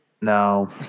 No